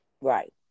Right